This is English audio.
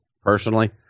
personally